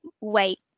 wait